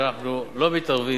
שאנחנו לא מתערבים,